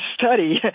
study